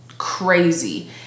Crazy